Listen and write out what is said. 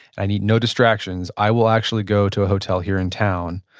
i need no distractions, i will actually go to a hotel here in town,